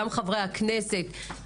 גם חברי הכנסת,